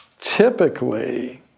Typically